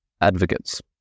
advocates